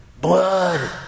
Blood